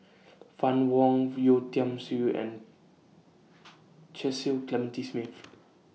Fann Wong Yeo Tiam Siew and Cecil Clementi Smith